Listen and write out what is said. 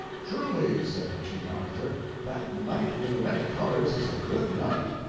truly, said king arthur, that knight with the many colors is a good knight.